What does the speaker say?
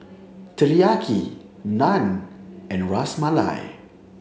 Teriyaki Naan and Ras Malai